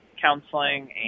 counseling